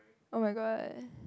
[oh]-my-god